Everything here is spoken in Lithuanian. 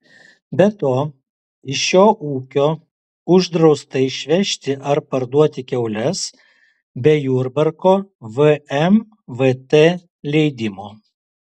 be to iš šio ūkio uždrausta išvežti ar parduoti kiaules be jurbarko vmvt leidimo